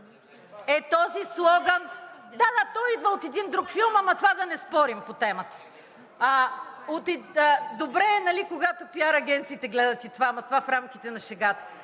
е този слоган – да, да, той идва от един друг филм, ама това да не спорим по темата. Добре е, когато PR агенциите гледат и това, ама това е в рамките на шегата.